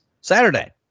Saturday